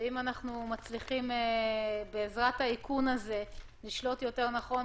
ואם נצליח בעזרת האיכון הזה לשלוט יותר נכון